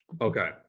Okay